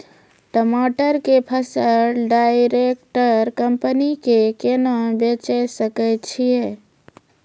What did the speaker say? टमाटर के फसल डायरेक्ट कंपनी के केना बेचे सकय छियै?